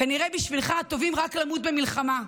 כנראה בשבילך טובים רק למות במלחמה,